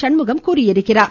சண்முகம் தெரிவித்துள்ளார்